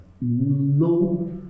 No